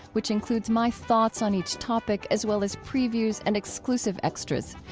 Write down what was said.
which includes my thoughts on each topic, as well as previews and exclusive extras.